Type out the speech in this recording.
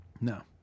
No